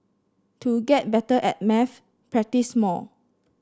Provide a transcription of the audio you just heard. to get better at maths practise more